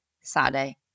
saturday